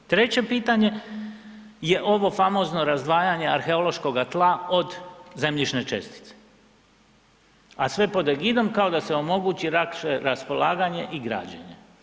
Treće pitanje je ovo famozno razdvajanje arheološkoga tla od zemljišne čestice, a sve pod egidom kao da se omogući lakše raspolaganje i građenje.